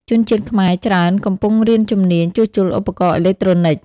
ជនជាតិខ្មែរច្រើនកំពុងរៀនជំនាញជួសជុលឧបករណ៍អេឡិចត្រូនិច។